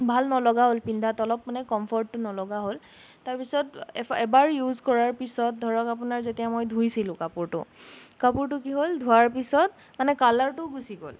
ভাল নলগা হ'ল পিন্ধাত অলপ মানে কমফৰ্টটো নলগা হ'ল তাৰ পিছত এবাৰ ইউজ কৰাৰ পিছত ধৰক আপোনাৰ যেতিয়া মই ধুইছিলোঁ কাপোৰটো কাপোৰটো কি হ'ল ধোৱাৰ পিছত মানে কালাৰটোও গুচি গ'ল